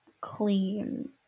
clean